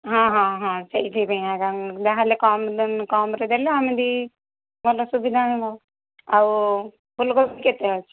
ହଁ ହଁ ହଁ ସେଇଥିପାଇଁ ଏକା ଯାହା ହେଲେ କମ୍ ଦାମ୍ କମ୍ ରେ ଦେଲେ ଆମେ ବି ଭଲ ସୁବିଧା ହେବ ଆଉ ଫୁଲକୋବି କେତେ ଅଛି